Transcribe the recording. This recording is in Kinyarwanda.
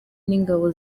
n’ingabo